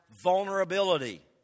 vulnerability